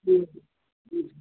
हजुर हुन्छ